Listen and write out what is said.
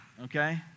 Okay